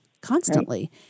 constantly